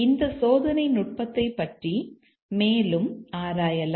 இந்த சோதனை நுட்பத்தைப் பற்றி மேலும் ஆராயலாம்